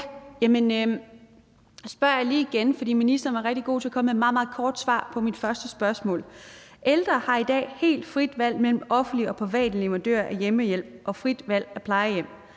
Nu spørger jeg lige igen, for ministeren var rigtig god til at komme med et meget, meget kort svar. Ældre har i dag helt frit valg mellem offentlige og private leverandører af hjemmehjælp og frit valg af plejehjem.